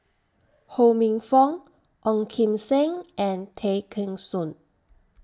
Ho Minfong Ong Kim Seng and Tay Kheng Soon